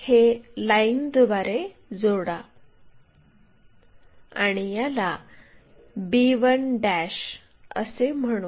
आता हे लाईनद्वारे जोडा आणि याला b1 असे म्हणू